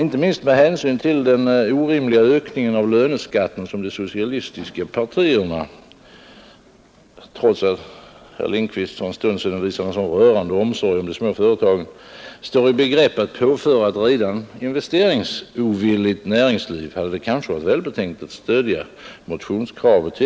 Inte minst med tanke på den orimliga ökning av löneskatten som de socialistiska partierna — trots att herr Lindkvist för en stund sedan visade en sådan rörande omsorg om de små företagen — står i begrepp att påföra ett redan investeringsovilligt näringsliv, hade det kanske varit välbetänkt att stödja motionskravet.